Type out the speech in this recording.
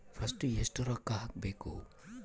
First ಎಷ್ಟು ರೊಕ್ಕ ಹಾಕಬೇಕು?